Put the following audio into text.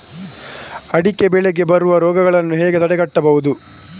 ಅಡಿಕೆ ಬೆಳೆಗೆ ಬರುವ ರೋಗಗಳನ್ನು ಹೇಗೆ ತಡೆಗಟ್ಟಬಹುದು?